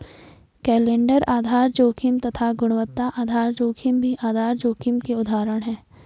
calendar आधार जोखिम तथा गुणवत्ता आधार जोखिम भी आधार जोखिम के उदाहरण है